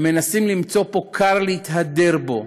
הם מנסים למצוא פה כר להתהדר בו.